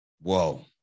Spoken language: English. Whoa